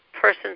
person's